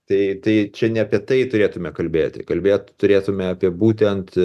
tai tai čia ne apie tai turėtume kalbėti kalbėt turėtume apie būtent